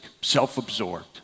self-absorbed